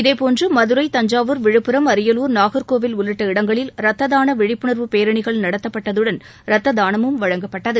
இதேபோன்று மதுரை தஞ்சிவூர் விழுப்புரம் அரியலூர் நாகர்கோவில் உள்ளிட்ட இடங்களில் ரத்த தான விழிப்புணர்வு பேரணிகள் நடத்தப்பட்டதுடன் ரத்த தானமும் வழங்கப்பட்டது